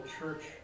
church